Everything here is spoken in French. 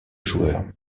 joueur